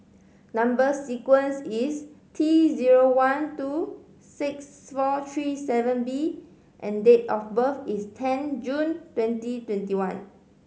number sequence is T zero one two six four three seven B and date of birth is ten June twenty twenty one